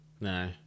No